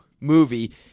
movie